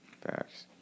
Facts